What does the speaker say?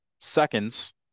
seconds